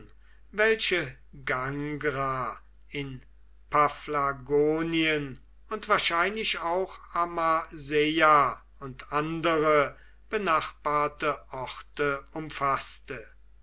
welche gangra in paphlagonien und wahrscheinlich auch amaseia und andere benachbarte orte umfaßte